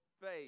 faith